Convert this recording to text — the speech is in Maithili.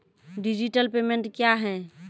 डिजिटल पेमेंट क्या हैं?